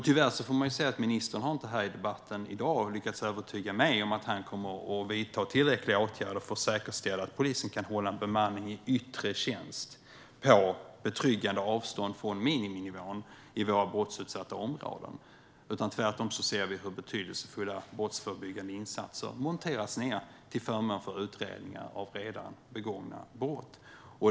Tyvärr har inte ministern här i debatten i dag lyckats övertyga mig om att han kommer att vidta tillräckliga åtgärder för att säkerställa att polisen kan hålla en bemanning i yttre tjänst på betryggande avstånd från miniminivån i våra brottsutsatta områden. Tvärtom ser vi hur betydelsefulla brottsförebyggande insatser monteras ned till förmån för utredningar av redan begångna brott.